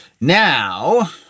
Now